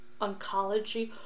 oncology